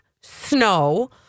snow